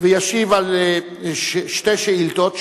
וישיב על שתי שאילתות,